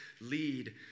lead